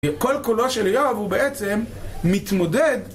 כל קולו של איוב הוא בעצם מתמודד